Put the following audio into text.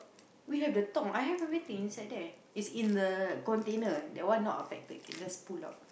why you have the talk I have everything inside there is in the container that one not affected can just pull out